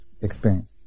experience